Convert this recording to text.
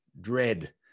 dread